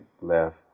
left